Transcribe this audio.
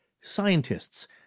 Scientists